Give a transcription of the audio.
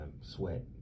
sweat